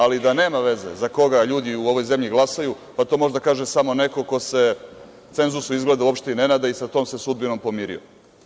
Ali, da nema veze za koga ljudi u ovoj zemlji glasaju, pa to može da kaže samo neko ko se cenzusu uopšte ne nada i sa tom se sudbinom pomirio.